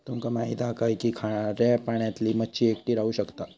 तुमका माहित हा काय की खाऱ्या पाण्यातली मच्छी एकटी राहू शकता